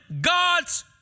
God's